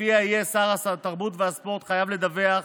שלפיה יהיה שר התרבות והספורט חייב לדווח